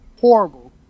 horrible